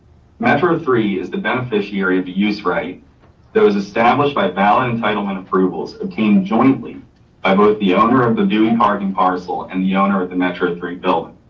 metro three is the beneficiary of use right that was established by valid entitlement approvals obtained jointly by both the owner of the doing parking parcel and the owner of the metro three building.